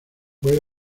fue